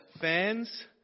fans